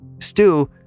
stew